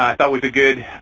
i thought, was a good